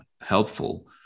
helpful